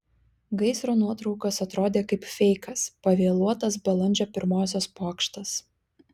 gaisro nuotraukos atrodė kaip feikas pavėluotas balandžio pirmosios pokštas